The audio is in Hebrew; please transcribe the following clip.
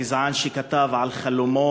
הגזען שכתב בדף שלו בפייסבוק על חלומו,